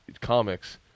comics